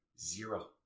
zero